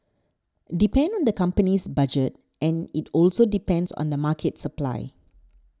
depend on the company's budget and it also depends on the market supply